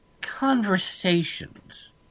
conversations